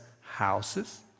houses